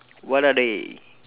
what are they